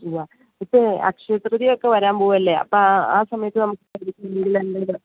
ഒവ്വ ഇപ്പോൾ അക്ഷയ തൃതീയ ഒക്കെ വരാൻ പോവല്ലേ അപ്പം ആ സമയത്ത് നമുക്ക്